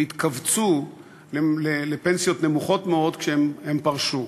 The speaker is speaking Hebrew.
והן התכווצו לפנסיות נמוכות מאוד כשהם פרשו.